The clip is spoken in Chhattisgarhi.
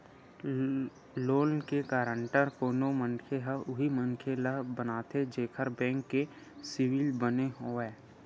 लोन के गांरटर कोनो मनखे ह उही मनखे ल बनाथे जेखर बेंक के सिविल बने होवय